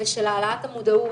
ושל העלאת המודעות,